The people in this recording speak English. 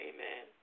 Amen